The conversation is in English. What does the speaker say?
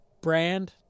brand